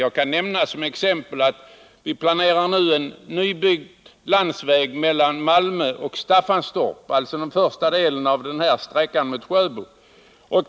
Jag kan som exempel nämna att vi nu planerar att bygga en ny landsväg mellan Malmö och Staffanstorp — dvs. den första sträckan mot Sjöbo.